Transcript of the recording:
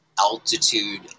altitude